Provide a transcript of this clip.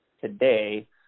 today